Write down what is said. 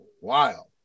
wild